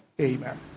Amen